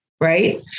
right